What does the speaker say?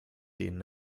den